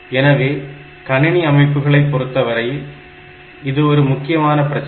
எனவே கணினி அமைப்புகளை பொறுத்தவரை இது ஒரு முக்கியமான பிரச்சனை